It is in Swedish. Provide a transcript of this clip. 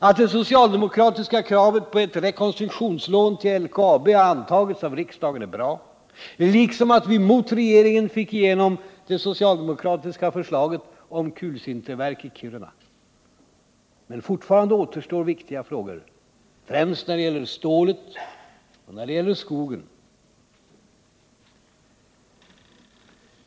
Att det socialdemokratiska kravet på ett rekonstruktionslån till LKAB har antagits av riksdagen är bra liksom att vi mot regeringen fick igenom det socialdemokratiska förslaget om ett kulsinterverk i Kiruna. Men fortfarande återstår viktiga frågor, främst när det gäller stålet och skogen.